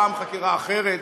פעם חקירה אחרת,